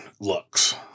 looks